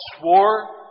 swore